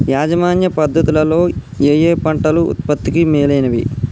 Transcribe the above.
యాజమాన్య పద్ధతు లలో ఏయే పంటలు ఉత్పత్తికి మేలైనవి?